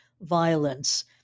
violence